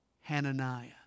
Hananiah